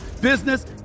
business